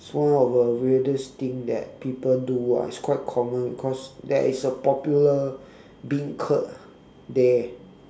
one of the weirdest thing that people do ah it's quite common because there is a popular beancurd there